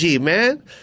man